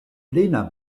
plena